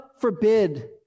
forbid